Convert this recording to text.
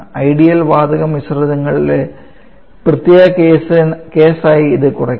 ideal വാതക മിശ്രിതങ്ങളുടെ പ്രത്യേക കേസായി ഇത് കുറയ്ക്കാം